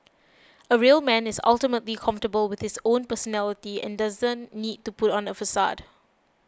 a real man is ultimately comfortable with his own personality and doesn't need to put on a facade